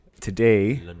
Today